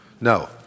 No